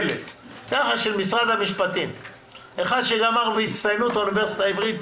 כאחד שגמר בהצטיינות לימודי משפטים באוניברסיטה העברית,